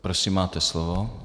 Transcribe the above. Prosím, máte slovo.